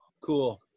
cool